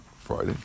Friday